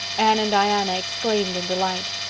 anne and diana exclaimed in delight.